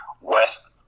West